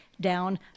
down